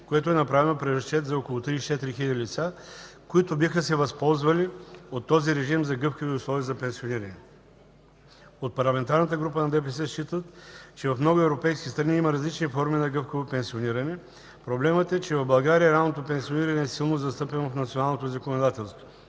което е направено при разчет за около 34 000 лица, които биха се възползвали от този режим за гъвкави условия за пенсиониране. От Парламентарната група на ДПС считат, че в много европейски страни има различни форми на гъвкавото пенсиониране. Проблемът е, че в България ранното пенсиониране е силно застъпено в националното законодателство.